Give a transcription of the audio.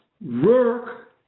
work